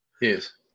Yes